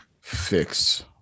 Fix